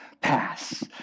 pass